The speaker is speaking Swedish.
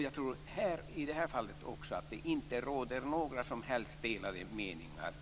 Jag tror inte heller att det i det här fallet råder några som helst delade meningar